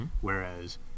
whereas